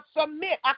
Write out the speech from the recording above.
submit